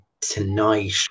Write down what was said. tonight